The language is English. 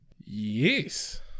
Yes